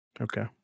okay